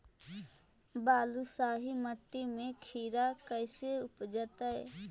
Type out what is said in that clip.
बालुसाहि मट्टी में खिरा कैसे उपजतै?